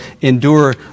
endure